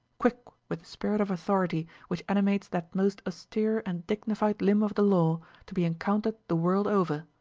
quick with the spirit of authority which animates that most austere and dignified limb of the law to be encountered the world over,